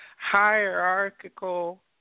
hierarchical